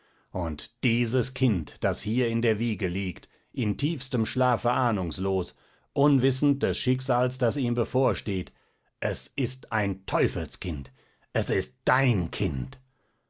und dieses kind das hier in der wiege liegt im tiefsten schlafe ahnungslos unwissend des schicksals das ihm bevorsteht es ist ein teufelskind es ist dein kind